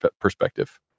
perspective